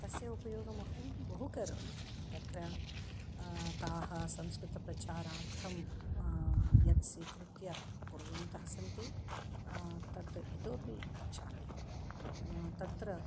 तस्य उपयोगम् अहं बहु करोमि तत्र ताः संस्कृतप्रचारार्थं यत् स्वीकृत्य कुर्वन्तः सन्ति तत् इतोपि इच्छामि तत्र